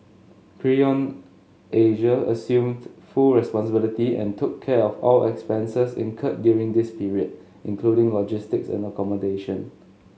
Creon Asia assumed full responsibility and took care of all expenses incurred during this period including logistics and accommodation